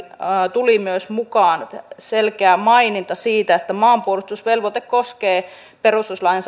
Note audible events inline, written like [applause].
tuli myös mukaan selkeä maininta siitä että maanpuolustusvelvoite koskee perustuslain [unintelligible]